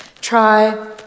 Try